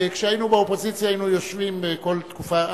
כשהיינו באופוזיציה היינו יושבים כל תקופה,